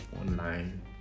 online